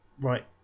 Right